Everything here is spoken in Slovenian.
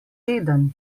teden